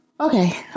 Okay